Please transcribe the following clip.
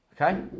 Okay